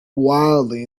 wildly